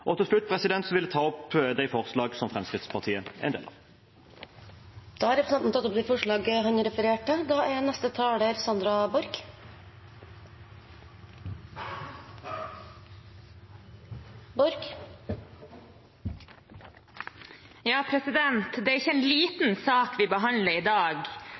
Til slutt vil jeg ta opp de forslagene som Fremskrittspartiet er en del av. Representanten Gisle Meininger Saudland har tatt opp de forslagene han refererte til. Det er ikke en liten sak vi behandler i dag. Om regjeringens marine verneplan i dag blir vedtatt, vil det